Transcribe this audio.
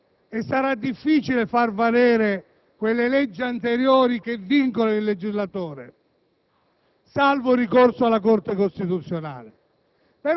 introdurrà novità nel nostro ordinamento e sarà difficile far valere le leggi anteriori che vincolano il legislatore,